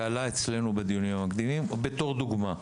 זה עלה אצלנו בדיונים המקדימים בתור דוגמה: